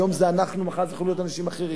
היום זה אנחנו, מחר יכולים להיות אנשים אחרים